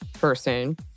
person